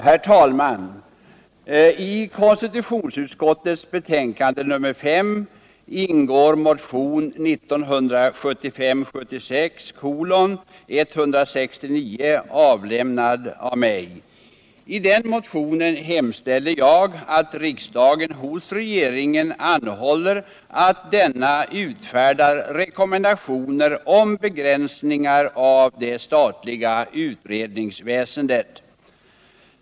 Herr talman! I konstitutionsutskottets betänkande nr 5 behandlas motionen 1975/76:169, avlämnad av mig. I den motionen hemställer jag att riksdagen hos regeringen anhåller om att denna utfärdar rekommendationer om begränsning av det statliga utredningsväsendet.